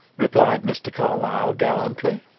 replied mr. carlyle gallantly.